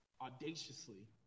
audaciously